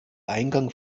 eingang